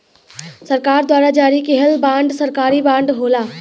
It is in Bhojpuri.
सरकार द्वारा जारी किहल बांड सरकारी बांड होला